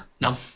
no